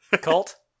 Cult